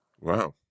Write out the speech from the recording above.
Wow